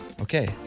Okay